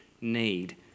need